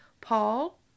Paul